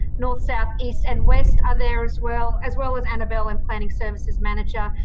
north, south, east and west are there as well, as well as annabelle and planning services manager.